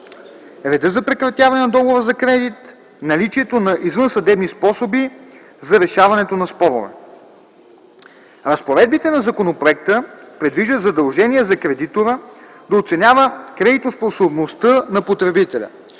реда за прекратяване на договора за кредит; - наличието на извънсъдебни способи за решаването на спорове. Разпоредбите на законопроекта предвиждат задължение за кредитора да оценява кредитоспособността на потребителя.